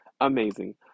amazing